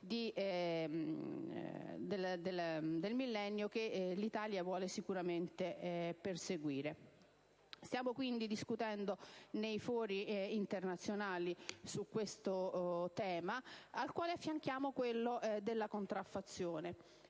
del Millennio, che l'Italia vuole sicuramente perseguire. Stiamo quindi discutendo nei fori internazionali su questo tema, al quale affianchiamo quello della contraffazione.